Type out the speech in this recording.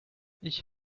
ich